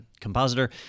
compositor